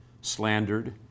slandered